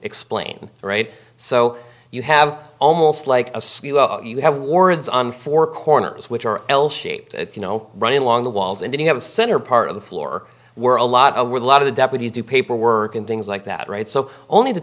explain so you have almost like a you have wards on four corners which are l shaped you know running along the walls and then you have a center part of the floor were a lot of with a lot of the deputies do paperwork and things like that right so only the